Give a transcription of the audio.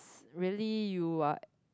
really you are